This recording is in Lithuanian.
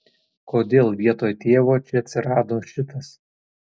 kodėl vietoj tėvo čia atsirado šitas